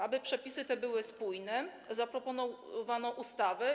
Aby przepisy te były spójne, zaproponowano ustawę.